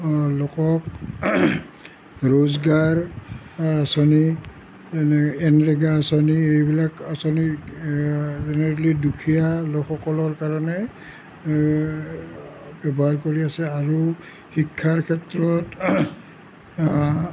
লোকক ৰোজগাৰ আঁচনি যেনে এনৰেগা আঁচনি এইবিলাক আঁচনি দুখীয়া লোকসকলৰ কাৰণে ব্যৱহাৰ কৰি আছে আৰু শিক্ষাৰ ক্ষেত্ৰত